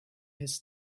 his